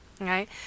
Right